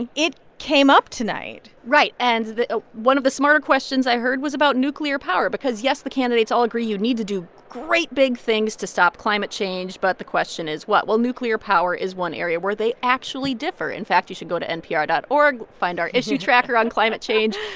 and it came up tonight right. and ah one of the smarter questions i heard was about nuclear power because, yes, the candidates all agree you need to do great, big things to stop climate change. but the question is, what well, nuclear power is one area where they actually differ. in fact, you should go to npr dot org, find our issue tracker on climate change,